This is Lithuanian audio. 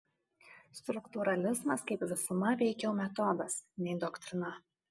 struktūralizmas kaip visuma veikiau metodas nei doktrina